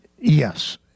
Yes